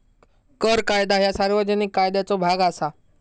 कर कायदा ह्या सार्वजनिक कायद्याचो भाग असा